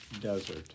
desert